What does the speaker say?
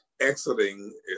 exiting